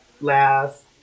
last